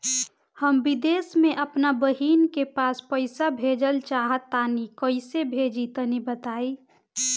हम विदेस मे आपन बहिन के पास पईसा भेजल चाहऽ तनि कईसे भेजि तनि बताई?